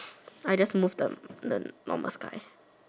I just move the the normal sky